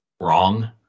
wrong